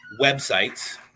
websites